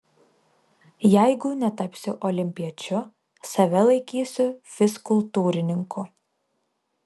jeigu netapsiu olimpiečiu save laikysiu fizkultūrininku